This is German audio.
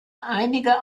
einige